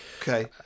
okay